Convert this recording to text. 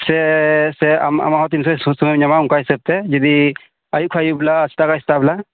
ᱥᱮ ᱥᱮ ᱟᱢᱟᱜ ᱦᱚᱸ ᱛᱤᱱ ᱥᱚᱢᱚᱭ ᱥᱚᱢᱚᱭᱮᱢ ᱧᱟᱢᱟ ᱚᱱᱠᱟ ᱦᱤᱥᱟᱹᱵᱛᱮ ᱡᱩᱫᱤ ᱟᱹᱭᱩᱵ ᱠᱷᱟᱡ ᱟᱹᱭᱩᱵ ᱵᱮᱞᱟ ᱟᱨ ᱥᱮᱛᱟᱜ ᱠᱷᱟᱡ ᱥᱮᱛᱟᱜ ᱵᱮᱞᱟ